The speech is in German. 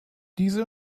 diesel